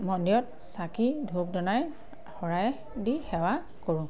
মন্দিৰত চাকি ঢূপ দুনাই শৰাই দি সেৱা কৰোঁ